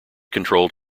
controlled